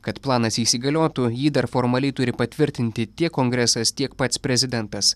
kad planas įsigaliotų jį dar formaliai turi patvirtinti tiek kongresas tiek pats prezidentas